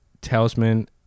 talisman